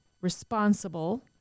responsible